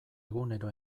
egunero